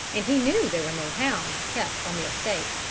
and he knew there were no hounds kept on the estate.